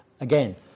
again